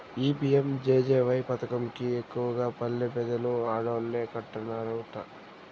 ఈ పి.యం.జె.జె.వై పదకం కి ఎక్కువగా పల్లె పెజలు ఆడోల్లే కట్టన్నారట